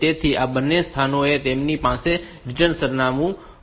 તેથી આ બે સ્થળોએ તેમની પાસે રિટર્ન સરનામું હશે